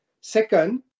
Second